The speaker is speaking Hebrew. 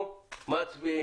אנחנו מצביעים.